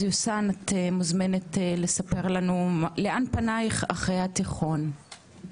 אז יוסן את מוזמנת לספר לנו לאן פנייך אחרי התיכון?